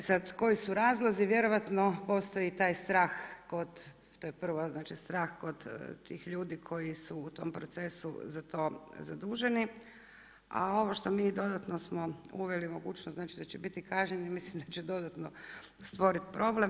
E sad, koji su razlozi, vjerojatno postoji taj strah, to je prvo, znači strah kod tih ljudi koji su u tom procesu za to zaduženi, a ovo što mi dodatno smo uveli mogućnost da će biti kažnjeni mislim da će dodatno stvoriti problem.